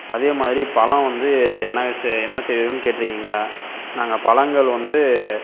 அதே மாதிரி பழம் வந்து என்னாங் சே என்ன செய்றிங்க கேட்டுருக்கிங்க நாங்கள் பழங்கள் வந்து